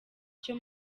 cyo